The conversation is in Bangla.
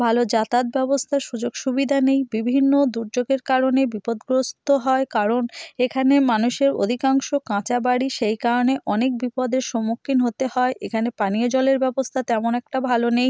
ভালো যাতায়াত ব্যবস্থা সুযোগ সুবিধা নেই বিভিন্ন দুর্যোগের কারণে বিপদগ্রস্ত হয় কারণ এখানে মানুষের অধিকাংশ কাঁচা বাড়ি সেই কারণে অনেক বিপদের সম্মুখীন হতে হয় এখানে পানীয় জলের ব্যবস্থা তেমন একটা ভালো নেই